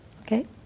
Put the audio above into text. Okay